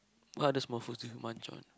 what other small foods you munch on